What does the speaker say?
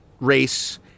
race